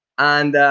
and